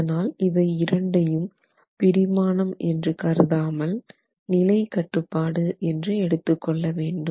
அதனால் இவை இரண்டையும் பிடிமானம் என்று கருதாமல் நிலை கட்டுப்பாடு என்று எடுத்துக் கொள்ள வேண்டும்